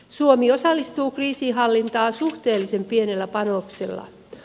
suomi osallistuu kriisinhallintaan suhteellisen pienellä panoksella